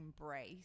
embrace